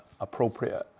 appropriate